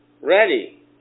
Ready